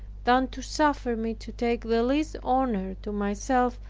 than to suffer me to take the least honor to myself,